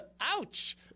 Ouch